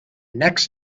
next